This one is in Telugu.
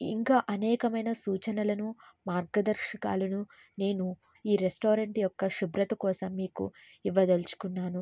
ఇంకా అనేకమైన సూచనలను మార్గదర్శకాలను నేను ఈ రెస్టారెంట్ యొక్క శుభ్రత కోసం మీకు ఇవ్వదలుచుకున్నాను